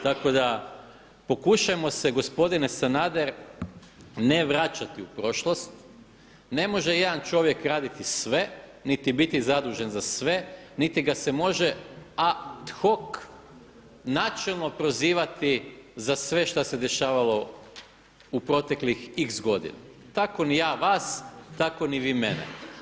Tako da pokušajmo se gospodine Sanader ne vraćati u prošlost, ne može jedan čovjek raditi sve, niti biti zadužen za sve, niti ga se može ad hoc načelno prozivati za sve što se dešavalo u proteklih x godina, tako ni ja vas, tako ni vi mene.